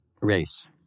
Race